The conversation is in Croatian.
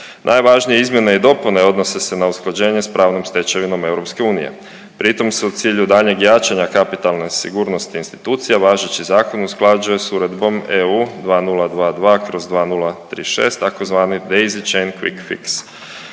Najvažnije izmjene i dopune odnose se na usklađenje s pravnom stečevinom EU pritom se u cilju daljnjeg jačanja kapitalne sigurnosti institucija važeći zakon usklađuje s Uredbom EU 2022/2036 tzv. base chain quik fix.